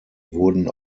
wurden